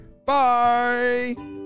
Bye